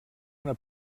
una